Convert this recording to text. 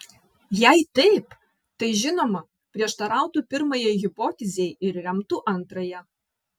jei taip tai žinoma prieštarautų pirmajai hipotezei ir remtų antrąją